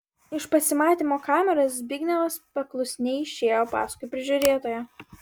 iš pasimatymo kameros zbignevas paklusniai išėjo paskui prižiūrėtoją